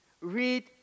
Read